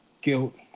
guilt